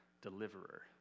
deliverer